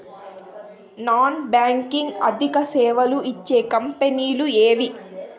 Non banking ఆర్థిక సేవలు ఇచ్చే కంపెని లు ఎవేవి?